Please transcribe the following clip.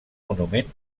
monument